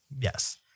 yes